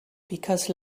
because